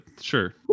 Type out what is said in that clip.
sure